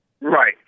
Right